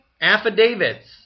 affidavits